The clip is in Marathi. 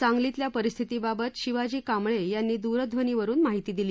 सांगलीतल्या परिस्थितीबाबत शिवाजी कांबळे यांनी दूरध्वनीवरुन माहिती दिली